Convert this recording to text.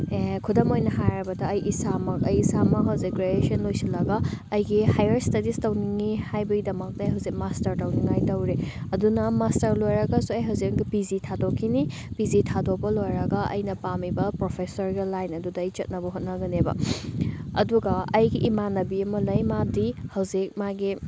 ꯀꯩ ꯍꯥꯏꯅꯤ ꯈꯨꯗꯝ ꯑꯣꯏꯅ ꯍꯥꯏꯔꯕꯗ ꯑꯩ ꯏꯁꯥꯃꯛ ꯑꯩ ꯏꯁꯥꯃꯛ ꯍꯧꯖꯤꯛ ꯒ꯭ꯔꯦꯖ꯭ꯋꯦꯁꯟ ꯂꯣꯏꯁꯜꯂꯒ ꯑꯩꯒꯤ ꯍꯥꯏꯌꯥꯔ ꯏꯁꯇꯗꯤꯁ ꯇꯧꯅꯤꯡꯉꯤ ꯍꯥꯏꯕꯒꯤꯗꯃꯛꯇ ꯍꯧꯖꯤꯛ ꯃꯥꯁꯇꯔ ꯇꯧꯅꯤꯡꯉꯥꯏ ꯇꯧꯔꯤ ꯑꯗꯨꯅ ꯃꯥꯁꯇꯔ ꯂꯣꯏꯔꯒꯁꯨ ꯑꯩ ꯍꯧꯖꯤꯛ ꯄꯤ ꯖꯤ ꯊꯥꯗꯣꯛꯈꯤꯅꯤ ꯄꯤ ꯖꯤ ꯊꯥꯗꯣꯛꯄ ꯂꯣꯏꯔꯒ ꯑꯩꯅ ꯄꯥꯝꯃꯤꯕ ꯄ꯭ꯔꯣꯐꯦꯁꯥꯔꯒꯤ ꯂꯥꯏꯟ ꯑꯗꯨꯗ ꯑꯩ ꯆꯠꯅꯕ ꯍꯣꯠꯅꯒꯅꯦꯕ ꯑꯗꯨꯒ ꯑꯩꯒꯤ ꯏꯃꯥꯟꯅꯕꯤ ꯑꯃ ꯂꯩ ꯃꯥꯗꯤ ꯍꯧꯖꯤꯛ ꯃꯥꯒꯤ